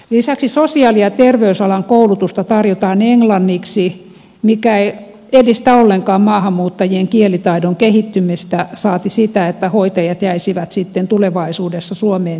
lisäksi sosiaali ja terveysalan koulutusta tarjotaan englanniksi mikä ei edistä ollenkaan maahanmuuttajien kielitaidon kehittymistä saati sitä että hoitajat jäisivät sitten tulevaisuudessa suomeen töihin